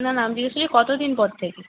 না না আমি জিজ্ঞেস করছি কতো দিন পর থেকে